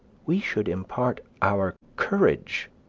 we should impart our courage,